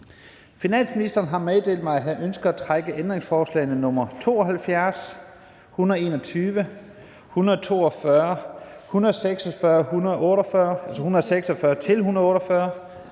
Finansministeren har meddelt mig, at han ønsker at trække ændringsforslagene nr. 72, 121, 142, 146-148, 246, 255,